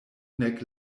nek